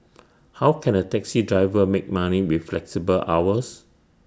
how can A taxi driver make money with flexible hours